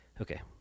Okay